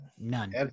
None